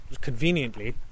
conveniently